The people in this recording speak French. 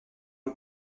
eau